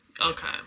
okay